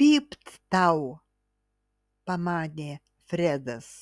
pypt tau pamanė fredas